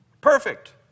Perfect